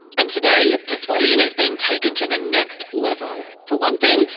and today, persuasion is being taken to the next level for one thing,